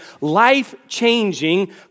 life-changing